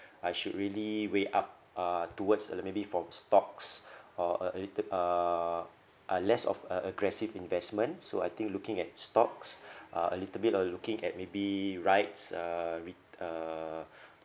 I should really weigh up uh towards a l~ maybe from stocks or a a little uh uh less of a aggressive investment so I think looking at stocks uh a little bit of looking at maybe rights uh rit~ uh